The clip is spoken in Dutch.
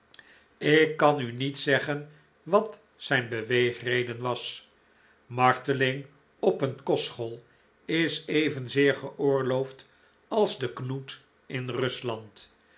ik kan u niet zeggen wat zijn beweegreden was marteling op een kostschool is evenzeer geoorloofd als de knoet in rusland